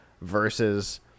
versus